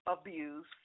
abuse